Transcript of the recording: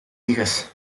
hijas